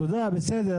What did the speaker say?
עסקים.